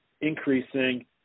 increasing